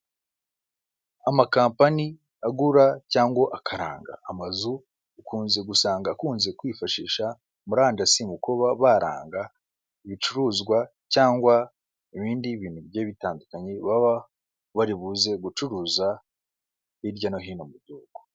Amakampanyi agura cyangwa akaranga amazu ukunze gusanga akunze kwifashisha murandasi kukuba baranga ibicuruzwa cyangwa ibindi bintu byose bitandukanye baba baribuze gucuruza hirya no hino mu gihugu.